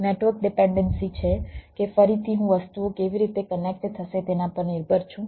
એક network dependency છે કે ફરીથી હું વસ્તુઓ કેવી રીતે કનેક્ટ થશે તેના પર નિર્ભર છું